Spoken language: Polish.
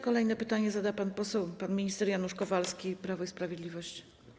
Kolejne pytanie zada pan poseł, minister Janusz Kowalski, Prawo i Sprawiedliwość.